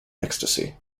ecstasy